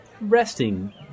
Resting